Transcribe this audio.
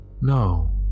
No